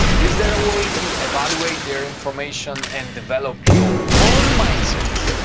is there a way to evaluate their information and develop your own mindset?